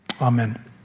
Amen